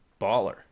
Baller